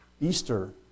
Easter